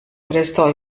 restò